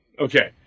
Okay